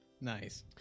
nice